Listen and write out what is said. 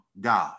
God